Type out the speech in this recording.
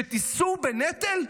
שתישאו בנטל?